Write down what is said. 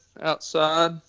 outside